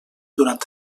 durant